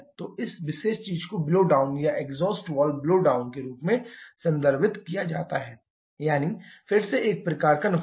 तो इस विशेष चीज को ब्लो डाउन या एग्जॉस्ट वाल्व ब्लो डाउन के रूप में संदर्भित किया जाता है यानी फिर से एक प्रकार का नुकसान